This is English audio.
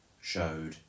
showed